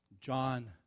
John